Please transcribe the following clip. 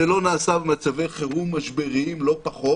זה לא נעשה במצבי חירום משבריים לא פחות.